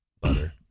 Butter